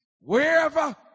Wherever